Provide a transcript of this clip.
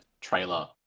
trailer